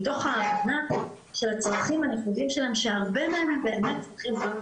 מתוך ההבנה של הצרכים המיוחדים שלהם שהרבה מהם באמת צרכים,